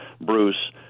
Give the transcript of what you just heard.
Bruce